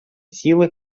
силы